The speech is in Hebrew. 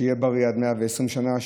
שיהיה בריא עד 120 שנה,